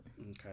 Okay